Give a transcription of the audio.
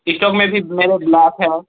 stock में भी मेरा ब्लैक है